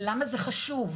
למה זה חשוב.